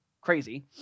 crazy